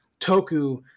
Toku